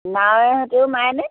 নাৱৰ সৈতেও মাৰেনে